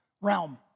realm